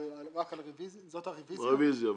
זאת הרביזיה.